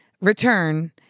return